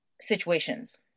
situations